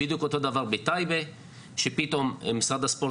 ככה קורה בטייבה שפתאום משרד הספורט